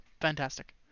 fantastic